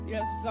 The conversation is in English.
Yes